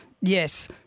Yes